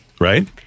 Right